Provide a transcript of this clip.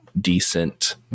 decent